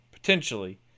Potentially